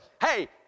Hey